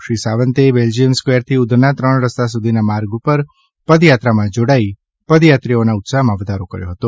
શ્રી સાવંતે બેલ્જિયમ સ્કવેરથી ઉધના ત્રણ રસ્તા સુધીના માર્ગ ઉપર પદયાત્રામાં જોડાઈ પદયાત્રીઓના ઉત્સાહમાં વધારો કર્યો હતો